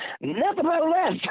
Nevertheless